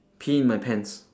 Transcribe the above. pee in my pants